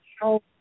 show